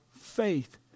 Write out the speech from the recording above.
faith